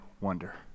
wonder